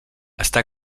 està